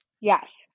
Yes